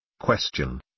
Question